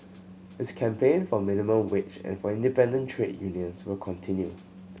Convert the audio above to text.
its campaign for minimum wage and for independent trade unions will continue